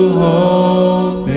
hope